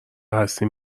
هستی